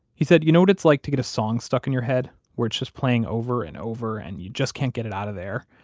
he said, you know what it's like to get a song stuck in your head where it's just playing over and over and you just can't get it out of there,